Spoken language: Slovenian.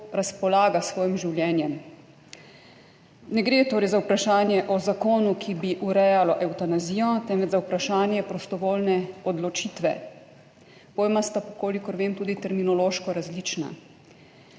razpolaga s svojim življenjem. Ne gre torej za vprašanje o zakonu, ki bi urejalo evtanazijo, temveč za vprašanje prostovoljne odločitve. Pojma sta, kolikor vem, tudi terminološko različna.